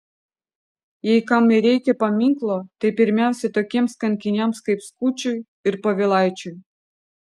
jei kam ir reikia paminklo tai pirmiausia tokiems kankiniams kaip skučui ir povilaičiui